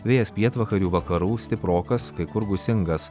vėjas pietvakarių vakarų stiprokas kai kur gūsingas